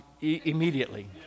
immediately